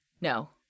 No